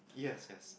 yes yes